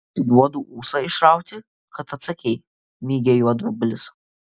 duodu ūsą išrauti kad atsakei mygia juodvabalis